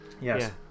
Yes